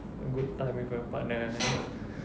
a good time with my partner